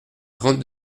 trente